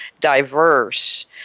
diverse